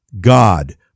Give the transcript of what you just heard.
God